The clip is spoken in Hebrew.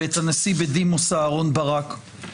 ואת הנשיא בדימוס אהרן ברק.